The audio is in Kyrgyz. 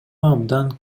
абдан